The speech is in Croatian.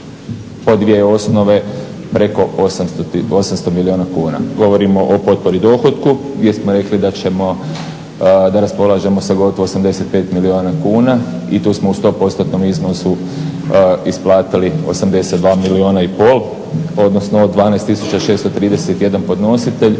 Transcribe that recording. po dvije osnove preko 800 milijuna kuna, govorim o potpori dohotku gdje smo rekli da raspolažemo sa gotovo 85 milijuna kuna. I tu smo u 100%-tnom iznosu isplatili 82,5 milijuna odnosno od 12 tisuća 631 podnositelj